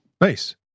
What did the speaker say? nice